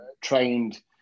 trained